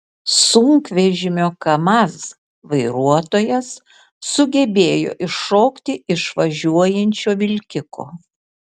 sunkvežimio kamaz vairuotojas sugebėjo iššokti iš važiuojančio vilkiko